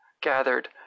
gathered